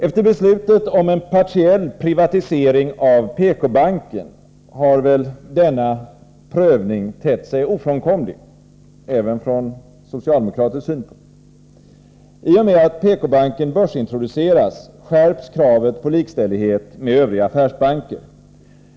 Efter beslutet om en partiell privatisering av PK-banken har väl denna prövning tett sig ofrånkomlig, även från socialdemokratisk synpunkt. I och med att PK-banken börsintroduceras skärps kravet på likställighet med övriga affärsbanker.